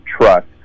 Trust